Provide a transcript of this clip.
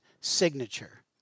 signature